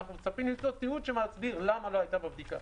אנחנו מצפים למצוא תיעוד שמסביר למה לא הייתה בה בדיקה.